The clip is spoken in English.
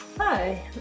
Hi